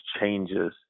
changes